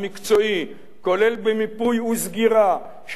כולל במיפוי וסגירה של "קו כחול"